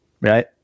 right